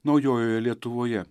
naujojoje lietuvoje